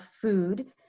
food